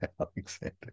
Alexander